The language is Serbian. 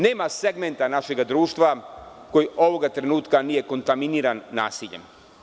Nema segmenta našeg društva koji ovog trenutka nije kontaminiran nasiljem.